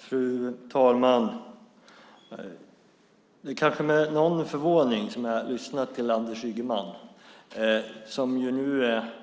Fru talman! Det är med någon förvåning som jag lyssnar på Anders Ygeman. Han är